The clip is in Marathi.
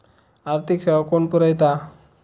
आर्थिक सेवा कोण पुरयता?